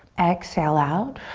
exhale out.